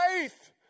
faith